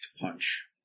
punch